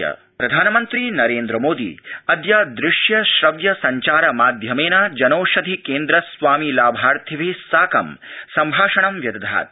मोदीजनौषधि प्रधानमन्त्री नोन्द्र मोदी अद्य श्रव्य दृश्य संचार माध्यमेन जनौषधि केन्द्र स्वामि लाभार्थिभि साकं सम्भाषणं व्यदधात्